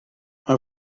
mae